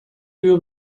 view